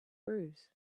bruise